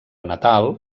natal